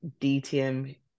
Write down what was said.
DTM